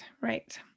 right